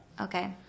Okay